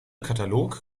katalog